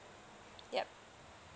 yup